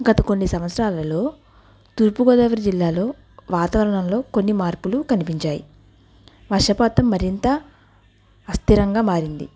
గత కొన్ని సంవత్సరాలలో తూర్పు గోదావరి జిల్లాలో వాతావరణంలో కొన్ని మార్పులు కనిపించాయి వర్షపాతం మరింత అస్థిరంగా మారింది